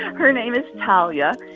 her name is talia.